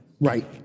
Right